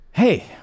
Hey